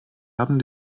haben